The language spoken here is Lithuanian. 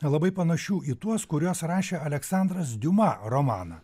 labai panašių į tuos kuriuos rašė aleksandras diuma romaną